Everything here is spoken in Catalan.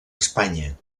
espanya